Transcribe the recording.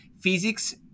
physics